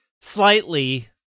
slightly